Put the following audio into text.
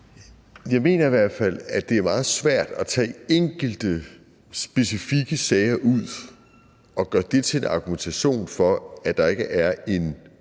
Jeg mener i hvert fald, at det er meget svært at tage enkelte specifikke sager ud og gøre det til en argumentation for, at der ikke er en